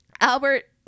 Albert